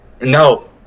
no